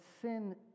sin